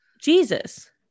Jesus